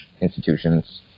institutions